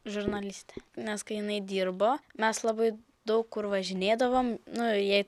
žurnalistė nes kai jinai dirbo mes labai daug kur važinėdavom nu jai